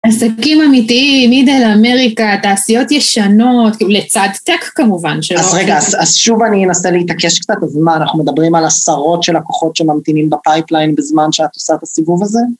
עסקים אמיתיים, אידאל אמריקה, תעשיות ישנות, לצד טק, כמובן. אז רגע, אז שוב אני אנסה להתעקש קצת, ומה, אנחנו מדברים על עשרות של לקוחות שממתינים בפייפליין בזמן שאת עושה את הסיבוב הזה?